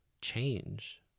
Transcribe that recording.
change